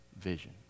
vision